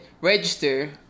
Register